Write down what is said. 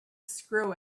screw